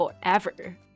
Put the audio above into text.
Forever